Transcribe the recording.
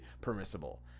permissible